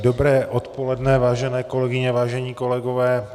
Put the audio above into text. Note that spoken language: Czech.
Dobré odpoledne, vážené kolegyně, vážení kolegové.